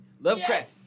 Lovecraft